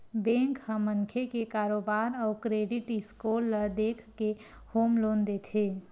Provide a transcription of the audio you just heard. bank ह मनखे के कारोबार अउ क्रेडिट स्कोर ल देखके होम लोन देथे